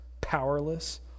powerless